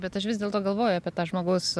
bet aš vis dėlto galvoju apie tą žmogaus